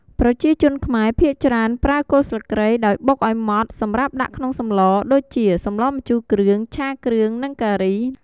ប្រជាជនខ្មែរភាគច្រើនប្រើគល់ស្លឹកគ្រៃដោយបុកឱ្យម៉ត់សម្រាប់ដាក់ក្នុងសម្លដូចជា សម្លម្ជូរគ្រឿង, ឆាគ្រឿងនិងការី។